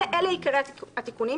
אלה עיקרי התיקונים.